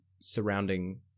surrounding